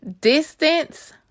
Distance